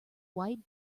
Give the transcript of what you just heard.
wide